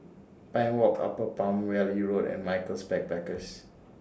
Pine Walk Upper Palm Valley Road and Michaels Backpackers